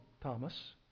Thomas